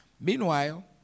Meanwhile